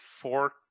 four